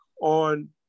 on